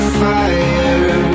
fire